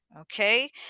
okay